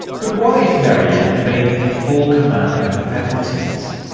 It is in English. but what if mariem had been in full command of her faculties?